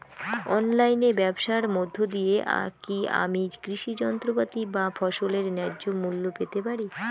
অনলাইনে ব্যাবসার মধ্য দিয়ে কী আমি কৃষি যন্ত্রপাতি বা ফসলের ন্যায্য মূল্য পেতে পারি?